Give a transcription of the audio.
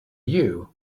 you